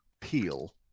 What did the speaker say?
peel